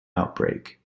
outbreak